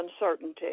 uncertainty